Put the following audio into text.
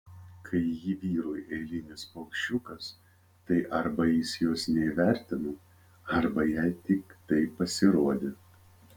kai ji vyrui eilinis paukščiukas tai arba jis jos neįvertino arba jai tik taip pasirodė